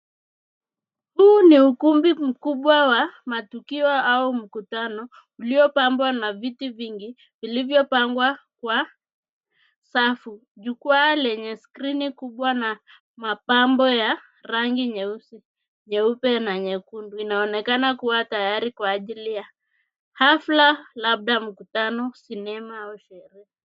Huu ni ukumbi mkubwa wa matukio au mkutano uliopambwa na viti vingi vilivyopangwa kwa safu. Jukwaa lenye skrini kubwa na mapambo ya rangi nyeusi, nyeupe na nyekundu inaonekana kuwa tayari kwa ajili ya hafla labda mkutano, sinema au sherehe.